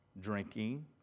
drinking